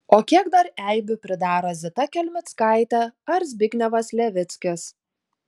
o kiek dar eibių pridaro zita kelmickaitė ar zbignevas levickis